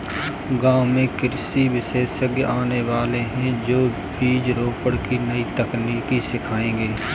गांव में कृषि विशेषज्ञ आने वाले है, जो बीज रोपण की नई तकनीक सिखाएंगे